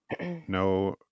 no